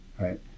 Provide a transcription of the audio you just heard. right